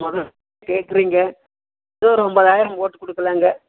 கேக்கிறீங்க ஏதோ ஒரு ஒன்பதாயிரம் போட்டு கொடுக்கலாங்க